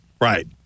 Right